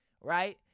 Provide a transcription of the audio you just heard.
right